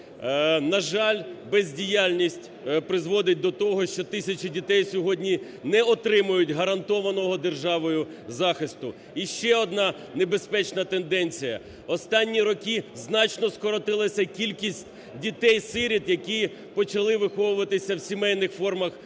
На жаль, бездіяльність призводить до того, що тисячі дітей сьогодні не отримують гарантованого державою захисту. І ще одна небезпечна тенденція. Останні роки значно скоротилася кількість дітей-сиріт, які почали виховуватися в сімейних формах виховання.